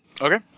Okay